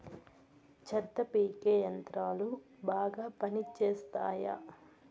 చెత్త పీకే యంత్రాలు బాగా పనిచేస్తాయా?